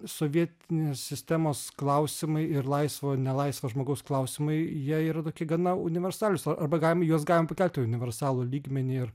sovietinės sistemos klausimai ir laisvo nelaisvo žmogaus klausimai jie yra tokie gana universalūs arba galim juos galim pakelt į universalų lygmenį ir